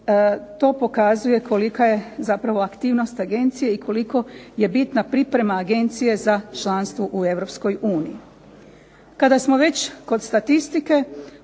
to pokazuje kolika je zapravo aktivnost agencije, i koliko je bitna priprema agencije za članstvo u